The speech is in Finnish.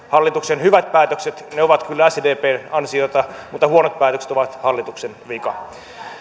hallituksen hyvät päätökset ovat kyllä sdpn ansiota mutta huonot päätökset ovat hallituksen vika